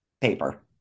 paper